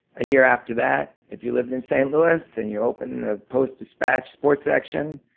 a year after that, if you lived in st. louis and you opened the post dispatch sports section,